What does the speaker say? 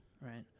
right